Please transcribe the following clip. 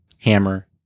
Hammer